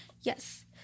Yes